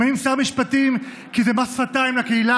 ממנים שר משפטים כי זה מס שפתיים לקהילה